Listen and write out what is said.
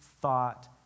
thought